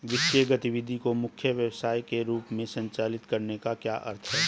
वित्तीय गतिविधि को मुख्य व्यवसाय के रूप में संचालित करने का क्या अर्थ है?